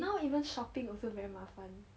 now even shopping also very 麻烦